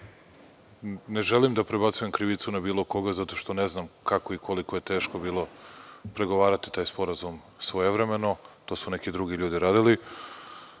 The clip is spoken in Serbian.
želim da prebacujem krivcu na bilo koga zato što ne znam kako i koliko je teško bilo pregovarati taj Sporazum svojevremeno. To su neki drugi ljudi radili,